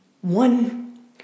one